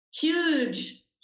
huge